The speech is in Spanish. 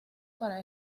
para